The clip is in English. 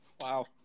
Wow